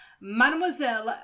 mademoiselle